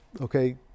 okay